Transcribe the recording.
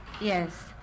Yes